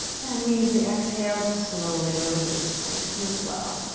and we use the exhale to slowly release, nice and slow.